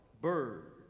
bird